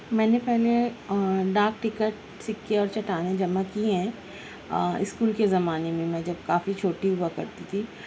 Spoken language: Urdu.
میں نے پہلے ڈاک ٹکٹ سکے اور چٹانیں جمع کی ہیں اسکول کے زمانے میں میں جب کافی چھوٹی ہوا کرتی تھی